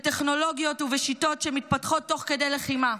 בטכנולוגיות ובשיטות שמתפתחות תוך כדי לחימה.